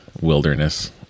wilderness